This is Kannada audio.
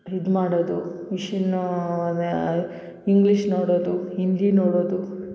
ಇದು ಮಾಡೋದು ಮಿಷಿನೂ ಅದೇ ಇಂಗ್ಲಿಷ್ ನೋಡೋದು ಹಿಂದಿ ನೋಡೋದು